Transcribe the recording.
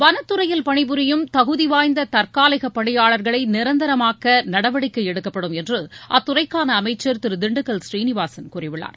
வனத்துறையில் பணிபுரியும் தகுதிவாய்ந்த தற்காலிக பணியாளர்களை நிரந்தரமாக்க நடவடிக்கை எடுக்கப்படும் என்று அத்துறைக்கான அமைச்சர் திரு திண்டுக்கல் சீனிவாசன் கூறியுள்ளார்